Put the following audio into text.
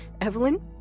Evelyn